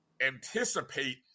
anticipate